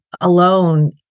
alone